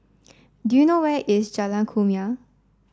do you know where is Jalan Kumia